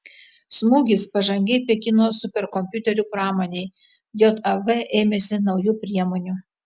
smūgis pažangiai pekino superkompiuterių pramonei jav ėmėsi naujų priemonių